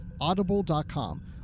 Audible.com